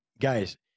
Guys